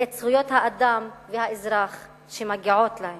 ואת זכויות האדם והאזרח שמגיעות להם.